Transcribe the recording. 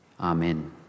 Amen